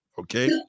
okay